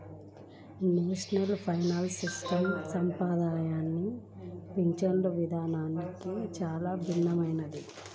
national pension system సంప్రదాయ పింఛను విధానానికి చాలా భిన్నమైనది